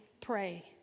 pray